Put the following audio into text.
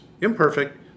imperfect